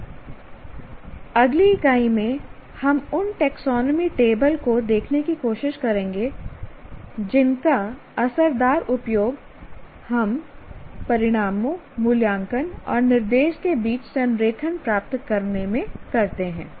और अगली इकाई में हम उन टैक्सोनॉमी टेबल को देखने की कोशिश करेंगे जिनका असरदार उपयोग हम परिणामों मूल्यांकन और निर्देश के बीच संरेखण प्राप्त करने में करते हैं